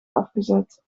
afgezet